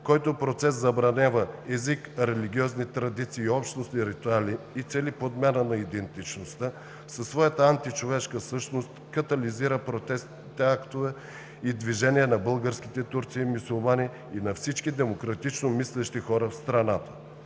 който процес забранява езика, религиозни традиции и общности ритуали и цели подмяна на идентичността. Със своята античовешка същност катализира протестните актове и движения на българските турци и мюсюлмани, и на всички демократично мислещи хора в страната.